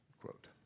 quote